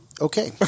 okay